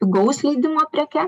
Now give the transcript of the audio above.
pigaus leidimo preke